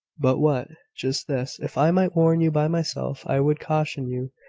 but what? just this. if i might warn you by myself i would caution you,